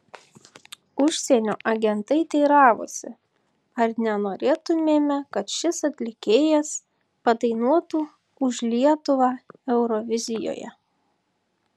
užsienio agentai teiravosi ar nenorėtumėme kad šis atlikėjas padainuotų už lietuvą eurovizijoje